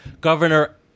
governor